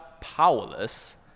powerless